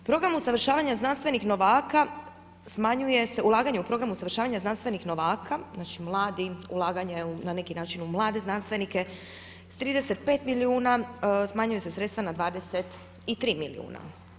Program usavršavanja znanstvenih novaka smanjuje se, ulaganje u Program usavršavanja znanstvenih novaka, znači mladi, ulaganje na neki način u mlade znanstvenike s 35 milijuna smanjuju se sredstva na 23 milijuna.